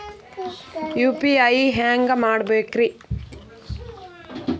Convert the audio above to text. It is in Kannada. ಯು.ಪಿ.ಐ ಹ್ಯಾಂಗ ಮಾಡ್ಕೊಬೇಕ್ರಿ?